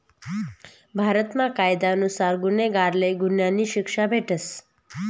भारतमा कायदा नुसार गुन्हागारले गुन्हानी शिक्षा भेटस